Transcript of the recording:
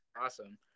awesome